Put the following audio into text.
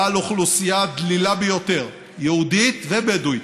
בעל אוכלוסייה דלילה ביותר, יהודית ובדואית,